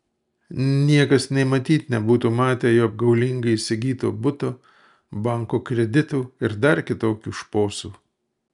niekas nė matyt nebūtų matę jo apgaulingai įsigyto buto banko kreditų ir dar kitokių šposų